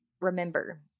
remember